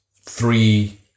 three